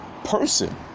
person